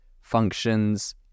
functions